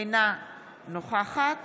אינה נוכחת